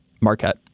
Marquette